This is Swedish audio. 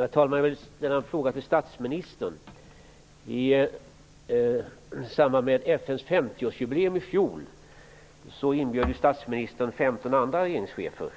Herr talman! Jag har en fråga till statsministern. I samband med FN:s 50-årsjubileum i fjol inbjöd statsministern 15 andra regeringschefer